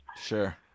Sure